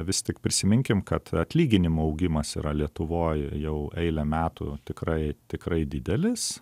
vis tik prisiminkim kad atlyginimų augimas yra lietuvoj jau eilę metų tikrai tikrai didelis